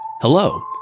Hello